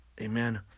amen